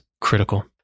critical